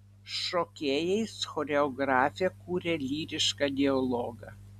šokėjais choreografė kuria lyrišką dialogą